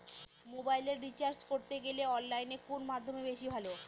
মোবাইলের রিচার্জ করতে গেলে অনলাইনে কোন মাধ্যম বেশি ভালো?